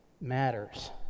matters